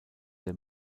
der